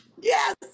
Yes